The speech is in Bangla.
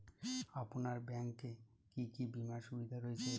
আপনার ব্যাংকে কি কি বিমার সুবিধা রয়েছে?